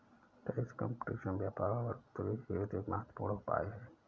tax competition व्यापार बढ़ोतरी हेतु एक महत्वपूर्ण उपाय है